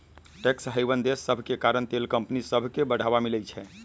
tax haven देश सभके कारण तेल कंपनि सभके बढ़वा मिलइ छै